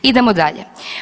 Idemo dalje.